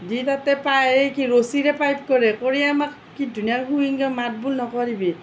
দি তাতে পাই এই কি ৰছীৰে পাইপ কৰে কৰি আমাক কি ধুনীয়াকৈ শুই এনেকৈ মাত বোল নকৰিবি